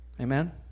amen